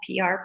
PR